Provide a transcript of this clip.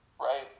Right